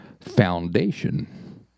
foundation